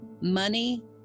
money